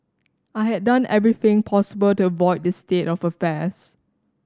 I had done everything possible to avoid this state of affairs